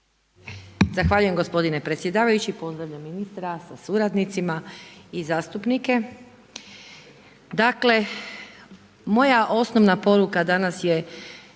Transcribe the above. Zahvaljujem gospodine predsjedavajući. Pozdravljam ministra sa suradnicima i zastupnike. Dakle moja osnovna poruka danas je